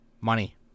money